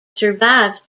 survives